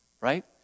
right